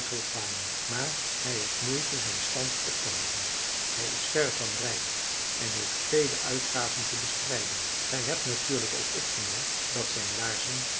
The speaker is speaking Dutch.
kwamen maar hij heeft moeite zijn stand op te houden hij is verre van rijk en heeft vele uitgaven te bestrijden gij hebt natuurlijk ook opgemerkt dat zijn laarzen